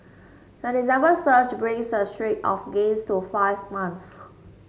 the December surge brings the streak of gains to five months